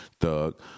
Thug